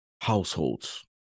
households